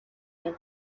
гэнэ